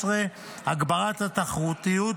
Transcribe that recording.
14) (הגברת התחרותיות),